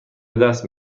دست